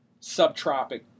subtropic